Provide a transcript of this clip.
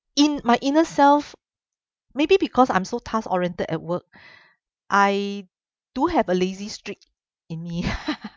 in my inner self maybe because I'm so task oriented at work I do have a lazy streak in me